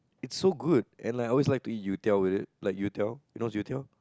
it's so good and like I always like to eat youtiao with it like you-tiao you know what's you-tiao